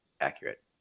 Accurate